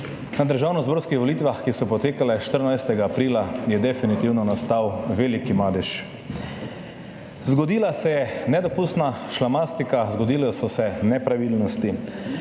na državnozborskih volitvah, ki so potekale 14. aprila, je definitivno nastal veliki madež, zgodila se je nedopustna šlamastika, zgodile so se nepravilnosti.